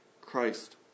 Christ